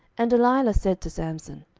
and delilah said to samson,